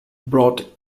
brought